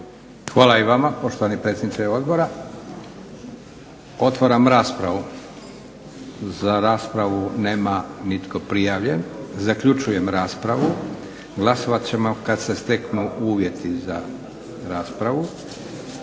Hvala i vama poštovani predsjedniče Odbora. Otvaram raspravu. Za raspravu nema nitko prijavljen. Zaključujem raspravu. Glasovat ćemo kad se steknu uvjeti za raspravu.